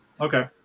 Okay